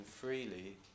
freely